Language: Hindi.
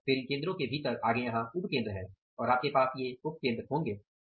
और फिर इन केंद्रों के भीतर आगे यहाँ उपकेन्द्र हैं और आपके पास ये उपकेन्द्र होंगे